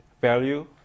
value